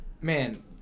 Man